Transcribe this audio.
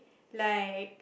like